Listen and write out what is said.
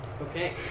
Okay